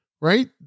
Right